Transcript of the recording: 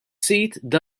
sit